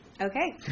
Okay